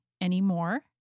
anymore